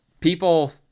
people